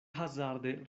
hazarde